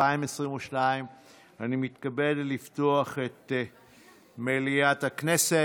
באוגוסט 2022. אני מתכבד לפתוח את מליאת הכנסת.